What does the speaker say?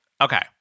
Okay